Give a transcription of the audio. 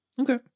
okay